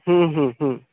ହୁଁ ହୁଁ ହୁଁ